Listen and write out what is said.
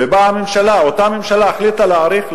ובאה אותה ממשלה והחליטה להאריך,